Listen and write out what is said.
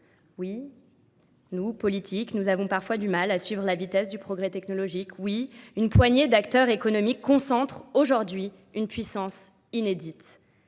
Oui, nous, politiques, nous avons parfois du mal à suivre la vitesse du progrès technologique. Oui, une poignée d'acteurs économiques concentre aujourd'hui une puissance inédite.